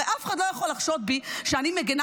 הרי אף אחד לא יכול לחשוד בי שאני מגינה